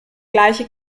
gleiche